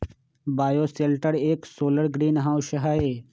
bioshelter एक solar greenhouse हई